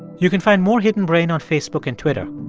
you can find more hidden brain on facebook and twitter.